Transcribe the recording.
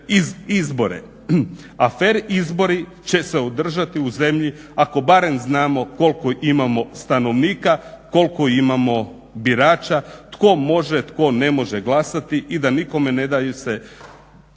izbore. A fer izbori će se održati u zemlji ako barem znamo koliko imamo stanovnika, koliko imamo birača, tko može, tko ne može glasati i da nikome ne daju se